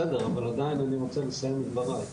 בסדר, אבל עדיין אני רוצה לסיים את דבריי.